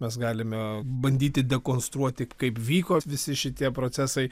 mes galime bandyti dekonstruoti kaip vyko visi šitie procesai